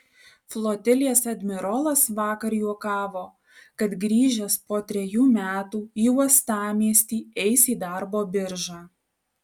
flotilės admirolas vakar juokavo kad grįžęs po trejų metų į uostamiestį eis į darbo biržą